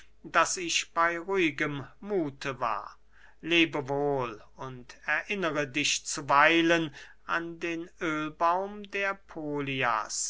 daß ich bey ruhigem muthe war lebe wohl und erinnere dich zuweilen an den öhlbaum der polias